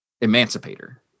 emancipator